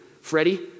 Freddie